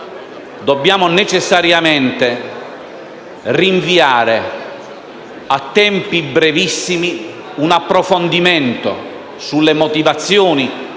dobbiamo necessariamente rinviare a tempi brevissimi un approfondimento sulle motivazioni